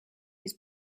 his